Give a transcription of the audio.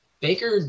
Baker